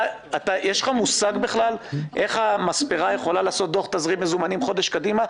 יש לך מושג בכלל איך מספרה יכולה לעשות דוח תזרים מזומנים חודש קדימה?